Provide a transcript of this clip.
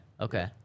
Okay